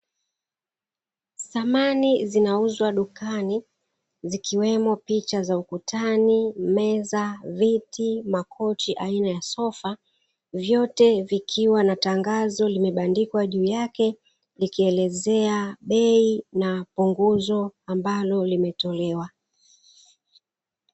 Samani zinauzwa dukani, ikiwemo picha za ukutani, meza, makochi aina ya sofa, vyote vikiwa na tangazo limebandikwa juu yake, likielezea bei na punguzo ambalo limetolewa.